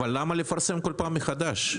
למה לפרסם מחדש כל פעם?